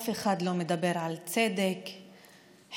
אף אחד לא מדבר על צדק, חירות,